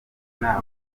inama